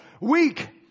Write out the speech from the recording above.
weak